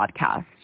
podcast